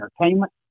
entertainment